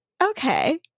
Okay